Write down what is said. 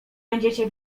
będziecie